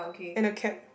and a cap